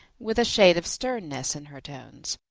with a shade of sternness in her tones,